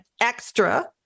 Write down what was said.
extra